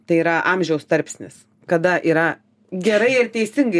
tai yra amžiaus tarpsnis kada yra gerai ir teisingai